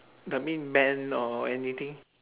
that mean man or anything